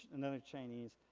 another chinese,